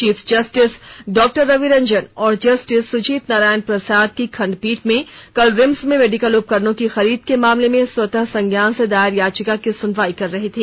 chief justice Dr Ravi Ranjan और justice Sujit Narayan Prasad की खंडपीठ में कल रिम्स में मेडिकल उपकरणों की खरीद के मामले में स्वतः संज्ञान से दायर याचिका की सुनवाई कर रही थी